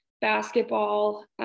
basketball